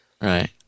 Right